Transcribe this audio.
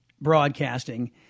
broadcasting